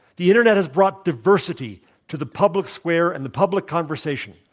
the internet has brought diversity to the public square and the public conversation.